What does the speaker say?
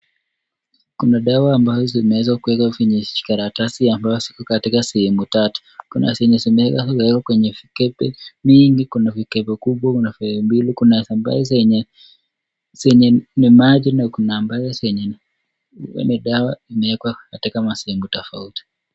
Kuna dawa ambazo zimewezwa kuwekwa kwenye vijikaratasi ambazo ziko katika sehemu tatu kuna zenye zimewekwa kwenye vikebe mingi kuna vikebe kubwa venye mbili kuna ambazo zenye ni maji na kuna ambayo zenye ni dawa imewekwa katika masehemu tofauti.